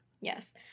yes